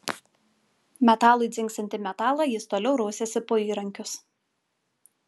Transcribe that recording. metalui dzingsint į metalą jis toliau rausėsi po įrankius